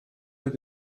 mit